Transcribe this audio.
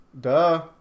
duh